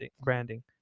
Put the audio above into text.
branding